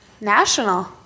national